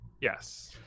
Yes